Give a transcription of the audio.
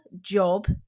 job